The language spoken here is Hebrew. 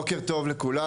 בוקר טוב לכולם.